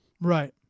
Right